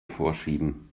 vorschieben